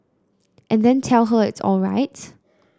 and then tell her it's alright